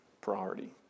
priority